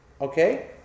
Okay